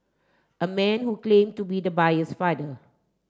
a man who claim to be the buyer's father